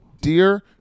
dear